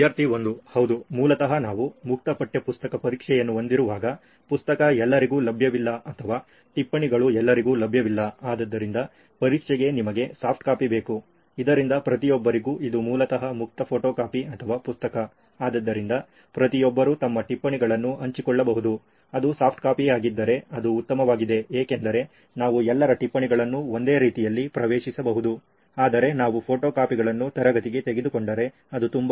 ವಿದ್ಯಾರ್ಥಿ 1 ಹೌದು ಮೂಲತಃ ನಾವು ಮುಕ್ತ ಪಠ್ಯಪುಸ್ತಕ ಪರೀಕ್ಷೆಯನ್ನು ಹೊಂದಿರುವಾಗ ಪುಸ್ತಕ ಎಲ್ಲರಿಗೂ ಲಭ್ಯವಿಲ್ಲ ಅಥವಾ ಟಿಪ್ಪಣಿಗಳು ಎಲ್ಲರಿಗೂ ಲಭ್ಯವಿಲ್ಲ ಆದ್ದರಿಂದ ಪರೀಕ್ಷೆಗೆ ನಿಮಗೆ ಸಾಫ್ಟ್ ಕಾಪಿ ಬೇಕು ಇದರಿಂದ ಪ್ರತಿಯೊಬ್ಬರಿಗೂ ಇದು ಮೂಲತಃ ಮುಕ್ತ ಫೋಟೋಕಾಪಿ ಅಥವಾ ಪುಸ್ತಕ ಆದ್ದರಿಂದ ಪ್ರತಿಯೊಬ್ಬರೂ ತಮ್ಮ ಟಿಪ್ಪಣಿಗಳನ್ನು ಹಂಚಿಕೊಳ್ಳಬಹುದು ಅದು ಸಾಫ್ಟ್ ಕಾಪಿ ಆಗಿದ್ದರೆ ಅದು ಉತ್ತಮವಾಗಿದೆ ಏಕೆಂದರೆ ನಾವು ಎಲ್ಲರ ಟಿಪ್ಪಣಿಗಳನ್ನು ಒಂದೇ ರೀತಿಯಲ್ಲಿ ಪ್ರವೇಶಿಸಬಹುದು ಆದರೆ ನಾವು ಫೋಟೋಕಾಪಿಗಳನ್ನು ತರಗತಿಗೆ ತೆಗೆದುಕೊಂಡರೆ ಅದು ತುಂಬಾ